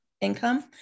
income